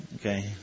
Okay